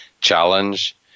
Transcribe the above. Challenge